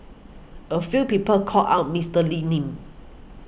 a few people called out Mister Lee's name